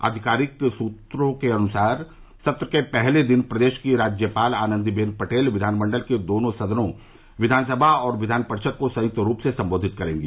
आधिकारिक सूचना के अनुसार सत्र के पहले दिन प्रदेश की राज्यपाल आनंदी बेन पटेल विधान मंडल के दोनों सदनों विधानसभा और विधान परिषद को संयुक्त रूप से सम्बोधित करेंगी